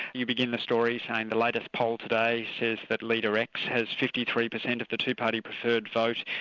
you begin the story saying the latest poll today says that leader x has fifty three percent of the two-party preferred vote.